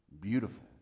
beautiful